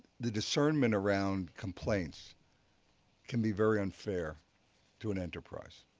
the discernment around complaints can be very unfair to an enterprise.